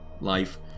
life